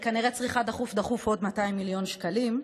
היא כנראה צריכה דחוף דחוף עוד 200 מיליון שקלים.